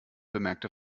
bemerkte